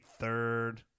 third